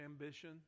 ambition